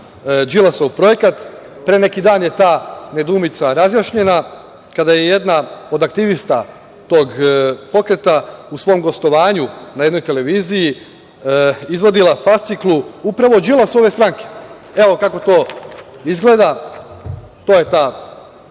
Đilasov projekat pre neki dan je ta nedoumica razjašnjena kada je jedna od aktivista tog pokreta u svom gostovanju na jednoj televiziji izvodila fasciklu upravo Đilasove stranke. Evo, kako to izgleda. To je